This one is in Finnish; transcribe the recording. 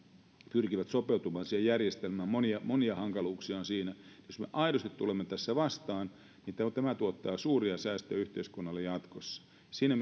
pyrkivät sopeutumaan siihen järjestelmään siinä on monia hankaluuksia jos me aidosti tulemme tässä vastaan niin tämä tuottaa suuria säästöjä yhteiskunnalle jatkossa siinä